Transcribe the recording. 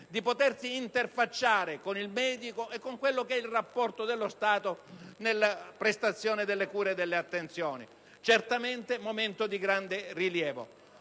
di potersi interfacciare con il medico e con il rapporto dello Stato nella prestazione delle cure e delle attenzioni e, certamente, un momento di grande rilievo.